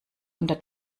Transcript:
unter